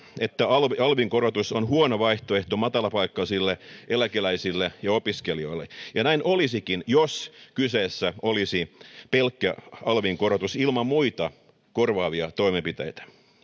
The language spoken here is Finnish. että alvin korotus on huono vaihtoehto matalapalkkaisille eläkeläisille ja opiskelijoille näin olisikin jos kyseessä olisi pelkkä alvin korotus ilman muita korvaavia toimenpiteitä